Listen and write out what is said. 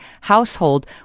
household